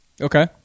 Okay